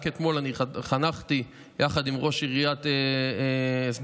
רק אתמול חנכתי יחד עם ראש עיריית שדרות,